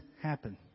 happen